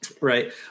Right